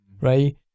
right